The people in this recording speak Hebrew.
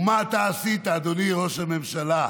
ומה אתה עשית, אדוני ראש הממשלה?